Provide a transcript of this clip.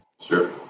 Sure